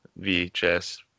VHS